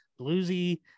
bluesy